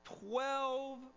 Twelve